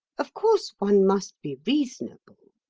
of course, one must be reasonable.